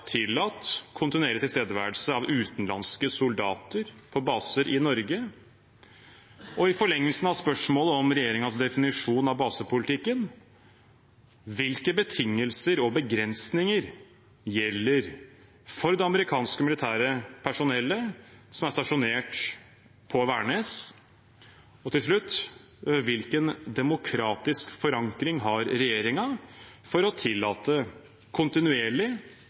tillatt kontinuerlig tilstedeværelse av utenlandske soldater på baser i Norge, og – i forlengelsen av spørsmålet om regjeringens definisjon av basepolitikken – hvilke betingelser og begrensninger som gjelder for det amerikanske militære personellet som er stasjonert på Værnes. Til slutt: Hvilken demokratisk forankring har regjeringen for å tillate kontinuerlig